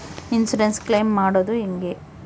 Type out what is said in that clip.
Insurance claim ಮಾಡದು ಹೆಂಗೆ?